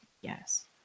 Yes